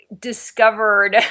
discovered